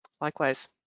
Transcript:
Likewise